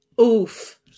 Oof